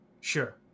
Sure